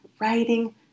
writing